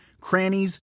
crannies